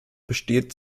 besteht